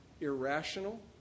irrational